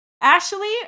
Ashley